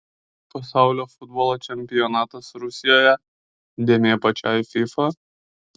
pasaulio futbolo čempionatas rusijoje dėmė pačiai fifa